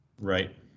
Right